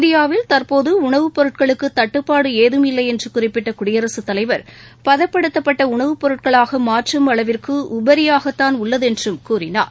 இந்தியாவில் தற்போது உணவுப்பொருட்களுக்கு தட்டுப்பாடு ஏதம் இல்லை என்று குறிப்பிட்ட குடியரகத்தலைவர் பதப்படுத்தப்பட்ட உணவுப்பொருட்களாக மாற்றும் அளவிற்கு உபரியாகத்தான் உள்ளது என்றும் கூறினார்